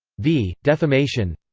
vi. defamation,